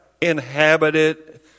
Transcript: inhabited